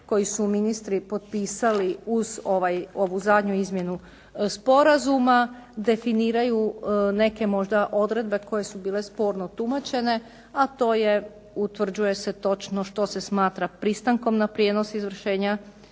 koji su ministri potpisali uz ovu zadnju izmjenu sporazuma definiraju neke možda odredbe koje su bile sporno tumačene, a to je utvrđuje se točno što se smatra pristankom na prijenos izvršenja